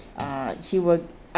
uh he will